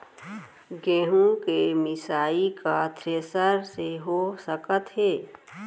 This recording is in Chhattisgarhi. गेहूँ के मिसाई का थ्रेसर से हो सकत हे?